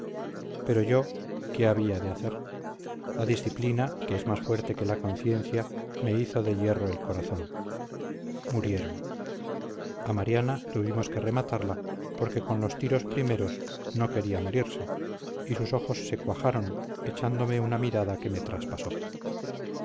pero yo qué había de hacer la disciplina que es más fuerte que la conciencia me hizo de hierro el corazón murieron a mariana tuvimos que rematarla porque con los tiros primeros no quería morirse y sus ojos se cuajaron echándome una mirada que me traspasó